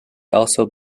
also